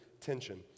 tension